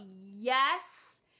yes